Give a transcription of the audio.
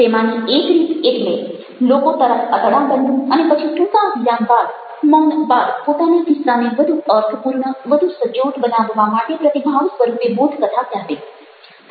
તેમાંની એક રીત એટલે લોકો તરફ અતડા બનવું અને પછી ટૂંકા વિરામ બાદ મૌન બાદ પોતાના કિસ્સાને વધુ અર્થપૂર્ણ વધુ સચોટ બનાવવા માટે પ્રતિભાવ સ્વરૂપે બોધકથા કહેવી